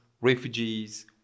refugees